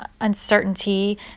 uncertainty